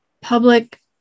public